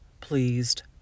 pleased